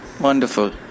Wonderful